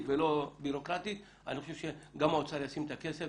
ולא בירוקרטית אני חושב שגם האוצר ישים את הכסף.